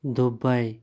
Dubai